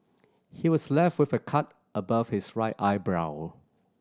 he was left with a cut above his right eyebrow